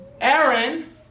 Aaron